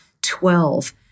Twelve